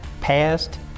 past